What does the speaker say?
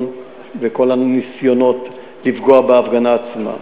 הניסיונות לפגוע בהפגנה עצמה,